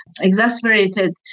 exasperated